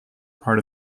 part